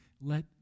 Let